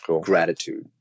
gratitude